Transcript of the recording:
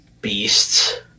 beasts